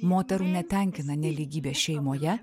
moterų netenkina nelygybė šeimoje